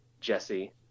Jesse